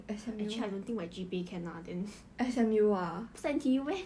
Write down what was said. actually I don't think my G_P_A can lah then 不是 N_T_U meh